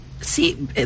See